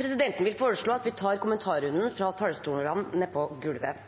Presidenten vil foreslå at vi tar kommentarrunden fra talerstolene nede på gulvet.